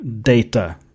data